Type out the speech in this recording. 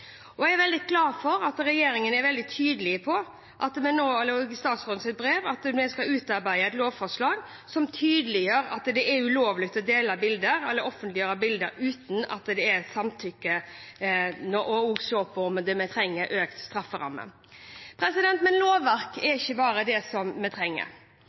Jeg er veldig glad for at regjeringen er veldig tydelig på at vi nå, ifølge statsrådens brev, skal utarbeide et lovforslag som tydeliggjør at det er ulovlig å dele eller offentliggjøre bilder uten samtykke, og se på om vi trenger å øke strafferammen. Men det er ikke bare lovverk vi trenger.